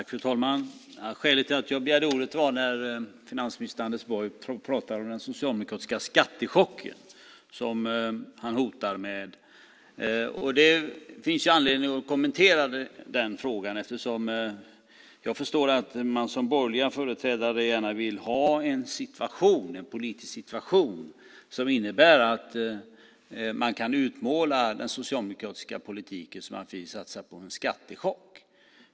Fru talman! Skälet till att jag begärde ordet var att finansminister Anders Borg pratade om den socialdemokratiska skattechock som han hotar med. Det finns anledning att kommentera den frågan eftersom jag förstår att man som borgerlig företrädare gärna vill ha en politisk situation som innebär att man kan utmåla den socialdemokratiska politiken som att vi satsar på en skattechock.